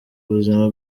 buzima